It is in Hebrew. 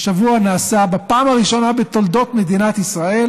השבוע נעשה בפעם הראשונה בתולדות מדינת ישראל